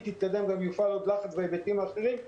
תתקדם גם יופעל עוד לחץ בהיבטים האחרים,